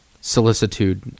solicitude